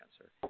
answer